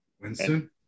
Winston